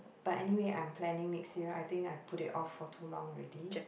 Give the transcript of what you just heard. but anyway I'm planning next year I think I've put it off for too long already